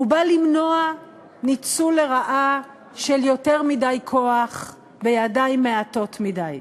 הוא בא למנוע ניצול לרעה של יותר מדי כוח בידיים מעטות מדי.